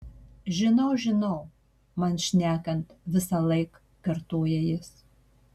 žinau žinau man šnekant visąlaik kartoja jis